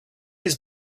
his